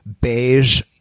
beige